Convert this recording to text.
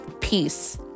peace